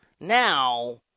Now